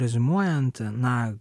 reziumuojant na